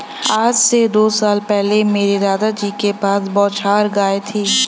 आज से दो साल पहले मेरे दादाजी के पास बछौर गाय थी